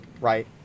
right